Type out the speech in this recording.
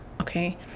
okay